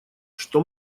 что